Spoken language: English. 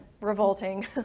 Revolting